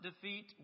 defeat